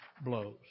blows